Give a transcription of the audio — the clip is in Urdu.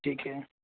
ٹھیک ہے